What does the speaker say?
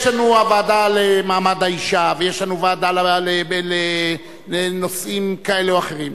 יש לנו ועדה למעמד האשה ויש לנו ועדה לנושאים כאלה או אחרים.